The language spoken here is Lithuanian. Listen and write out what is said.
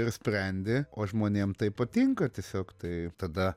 ir sprendi o žmonėm tai patinka tiesiog tai tada